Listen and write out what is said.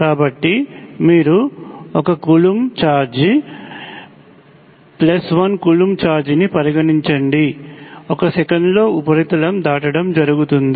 కాబట్టి మీరు 1 coulomb charge 1 coulomb charge ని పరిగణించండి 1 సెకనులో ఉపరితలం దాటడం జరుగుతుంది